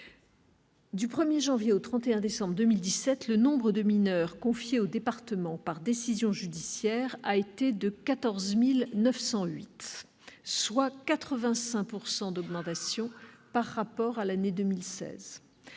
Du 1 janvier au 31 décembre 2017, le nombre de mineurs confiés aux départements par décision judiciaire s'est élevé à 14 908, soit 85 % d'augmentation par rapport à l'année 2016.